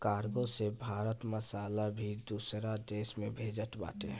cargo से भारत मसाला भी दूसरा देस में भेजत बाटे